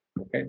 Okay